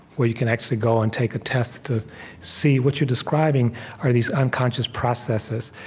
where you can actually go and take a test to see what you're describing are these unconscious processes.